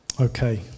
Okay